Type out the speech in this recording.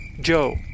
joe